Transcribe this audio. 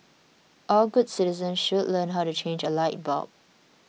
all good citizens should learn how to change a light bulb